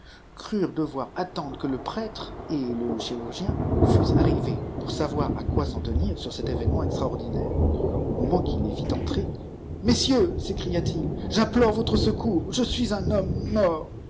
crurent devoir attendre que le prêtre et le chirurgien fussent arrivés pour savoir à quoi s'en tenir sur cet évnemeipit erpf naire au moment qu'il les vit entrer mesieyrs s'écwr jwvpr plore votre secours je suis un homme mort